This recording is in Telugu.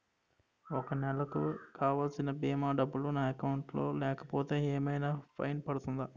ఒక నెలకు కావాల్సిన భీమా డబ్బులు నా అకౌంట్ లో లేకపోతే ఏమైనా ఫైన్ పడుతుందా?